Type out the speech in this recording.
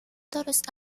toros